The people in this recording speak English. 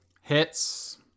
Hits